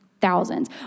thousands